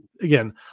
again